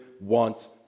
wants